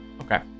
Okay